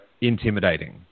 intimidating